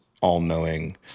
all-knowing